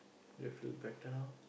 you feel better know